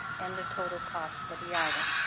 and the total cost for the item.